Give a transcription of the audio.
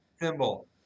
Thimble